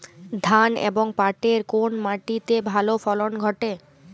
ধান এবং পাটের কোন মাটি তে ভালো ফলন ঘটে?